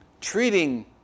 Treating